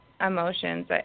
emotions